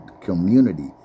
community